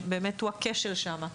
שהוא הכשל שם.